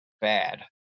bad